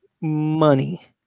money